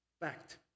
Fact